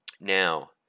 Now